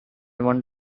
one